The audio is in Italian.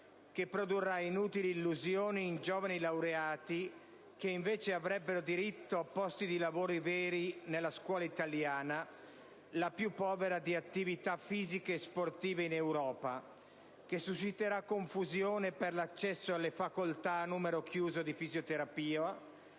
che produrrà inutili illusioni in giovani laureati che invece avrebbero diritto a posti di lavoro veri nella scuola italiana, la più povera di attività fisiche e sportive in Europa; che susciterà confusione per l'accesso alle facoltà a numero chiuso di fisioterapia;